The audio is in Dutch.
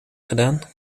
gedaan